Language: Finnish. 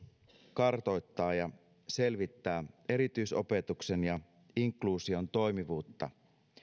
kartoittaa ja selvittää erityisopetuksen ja inkluusion toimivuutta